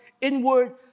inward